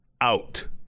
out